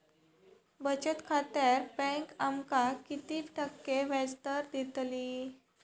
बचत खात्यार बँक आमका किती टक्के व्याजदर देतली?